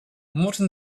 morton